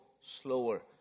slower